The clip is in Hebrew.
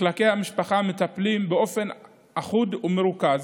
מחלקי המשפחה מטפלים באופן אחוד ומרוכז